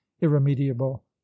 irremediable